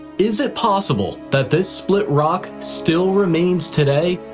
is it possible that this split rock still remains today,